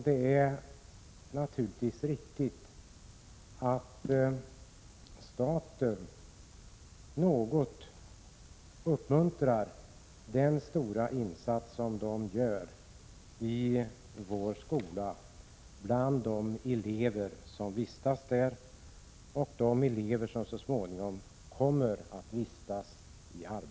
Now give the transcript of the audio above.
Det är naturligtvis riktigt att staten något uppmuntrar den stora insats som de gör i vår skola bland de elever som vistas där och som så småningom kommer att vistas i arbetslivet.